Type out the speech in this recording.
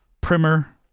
primer